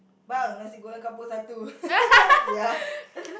bang nasi-goreng kampung satu ya